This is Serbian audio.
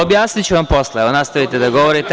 Objasniću vam posle, nastavite da govorite.